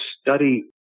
study